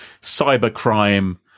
cybercrime